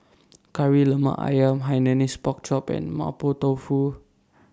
Kari Lemak Ayam Hainanese Pork Chop and Mapo Tofu